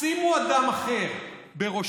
שימו אדם אחר בראשכם,